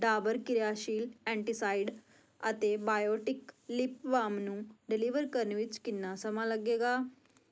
ਡਾਬਰ ਕਿਰਿਆਸ਼ੀਲ ਐਂਟੀਸਾਈਡ ਅਤੇ Biotique lip balm ਨੂੰ ਡਿਲੀਵਰ ਕਰਨ ਵਿੱਚ ਕਿੰਨਾ ਸਮਾਂ ਲੱਗੇਗਾ